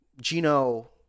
Gino